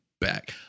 Back